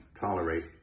tolerate